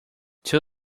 two